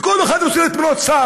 וכל אחד רוצה להיות שר.